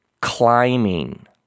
climbing